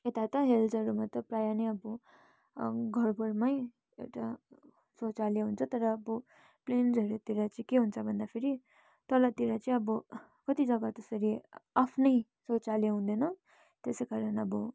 यता त हिल्सहरूमा त प्राय नै अब घर घरमै एउटा शौचालय हुन्छ तर अब प्लेन्सहरू तिर चाहिँ के हुन्छ भन्दाखेरि तलतिर चाहिँ अब कति जग्गा त्यसरी आफ्नै शौचालय हुँदैन त्यसै कारण अब